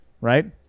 right